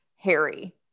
Harry